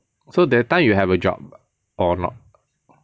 so that time you have a job or not